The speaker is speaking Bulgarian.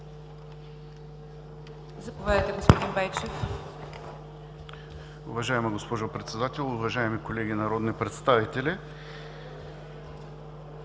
Заповядайте, господин Байчев.